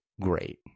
great